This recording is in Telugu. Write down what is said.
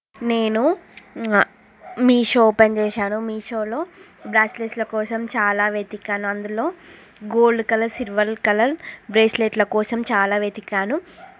నేను మీషో ఓపెన్ చేశాను మీ షోలో బ్రాస్లెట్ల కోసం చాలా వెతకాను అందులో గోల్డ్ కలర్ సిల్వర్ కలర్ బ్రాస్లెట్ల కోసం చాలా వెతకాను